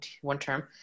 one-term